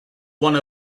one